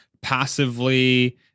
passively